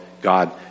God